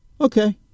Okay